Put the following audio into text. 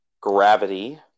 Gravity